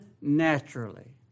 naturally